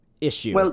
issue